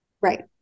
Right